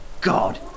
God